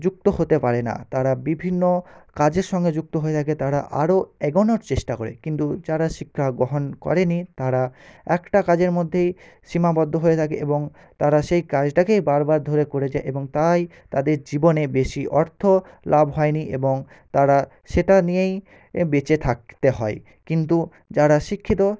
যুক্ত হতে পারে না তারা বিভিন্ন কাজের সঙ্গে যুক্ত হয়ে থাকে তারা আরো এগোনোর চেষ্টা করে কিন্তু যারা শিক্ষাগ্রহণ করেনি তারা একটা কাজের মধ্যেই সীমাবদ্ধ হয়ে থাকে এবং তারা সেই কাজটাকেই বারবার ধরে করে যায় এবং তাই তাদের জীবনে বেশি অর্থলাভ হয়নি এবং তারা সেটা নিয়েই বেঁচে থাকতে হয় কিন্তু যারা শিক্ষিত